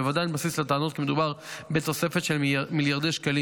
בוודאי אין בסיס לטענות כי מדובר בתוספת של מיליארדי שקלים,